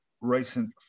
recent